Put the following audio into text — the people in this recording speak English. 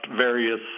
various